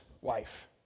wife